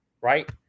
right